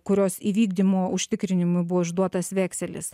kurios įvykdymo užtikrinimui buvo išduotas vekselis